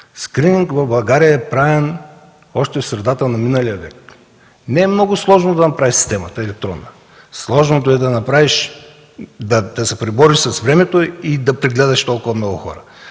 Скрининг в България е правен още в средата на миналия век. Не е много сложно да направиш системата електронна, сложното е да се пребориш с времето и да прегледаш толкова много хора.